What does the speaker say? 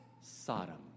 Sodom